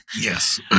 Yes